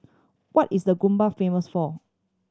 what is The famous for